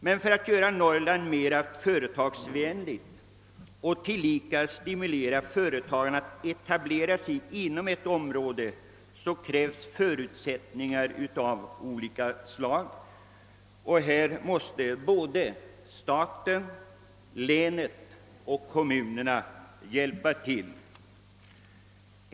Men för att göra Norrland mera företagsvänligt och samtidigt stimulera företagarna att etablera sig inom ett område krävs förutsättningar av olika slag, och därvidlag måste såväl staten som länet och kommunerna hjälpa till.